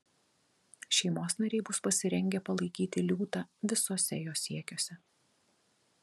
šeimos nariai bus pasirengę palaikyti liūtą visuose jo siekiuose